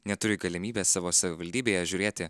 neturi galimybės savo savivaldybėje žiūrėti